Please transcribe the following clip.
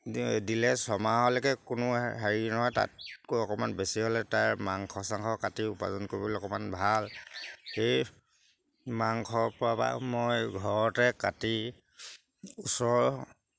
দিলে ছমাহলৈকে কোনো হেৰি নহয় তাতকৈ অকণমান বেছি হ'লে তাৰ মাংস চাংস কাটি উপাৰ্জন কৰিবলৈ অকণমান ভাল সেই মাংসৰপৰা বা মই ঘৰতে কাটি ওচৰৰ